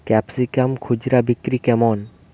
Capsicum খুচরা বিক্রি কেমন?